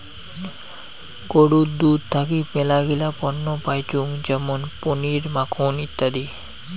গরুর দুধ থাকি মেলাগিলা পণ্য পাইচুঙ যেমন পনির, মাখন ইত্যাদি